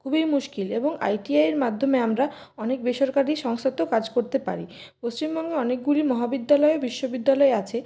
খুবই মুশকিল এবং আই টি আইয়ের মাধ্যমে আমরা অনেক বেসরকারি সংস্থাতেও কাজ করতে পারি পশ্চিমবঙ্গে অনেকগুলি মহাবিদ্যালয় ও বিশ্ববিদ্যালয় আছে